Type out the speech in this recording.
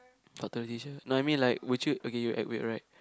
talk to the teacher no I mean like would you okay you will act weird right